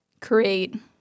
create